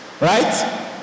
Right